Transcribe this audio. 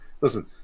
listen